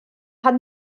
pan